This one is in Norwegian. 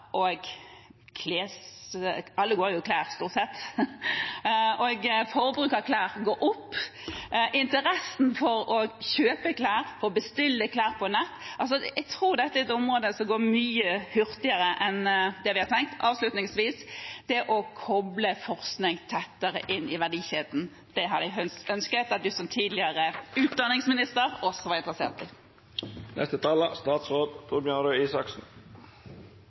Alle går jo i klær – stort sett – og forbruket av klær går opp. Interessen for å kjøpe klær og bestille klær på nett er et område jeg tror går mye hurtigere enn det vi har tenkt. Avslutningsvis: Det å koble forskning tettere inn i verdikjeden har jeg et ønske om at statsråden som tidligere utdanningsminister også er interessert i.